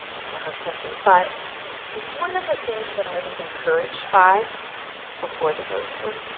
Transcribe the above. that's a hard question. but one of the things that i was encouraged by before the votes were